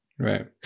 Right